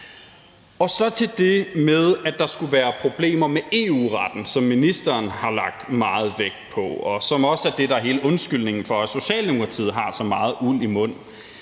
Så til det med, at der skulle være problemer med EU-retten, hvilket ministeren har lagt meget vægt på og også er det, der er hele undskyldningen for, at Socialdemokratiet har så meget uld i mund.